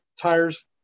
tires